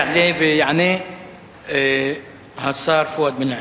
יעלה ויענה השר פואד בן-אליעזר.